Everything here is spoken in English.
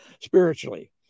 spiritually